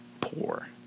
poor